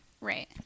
right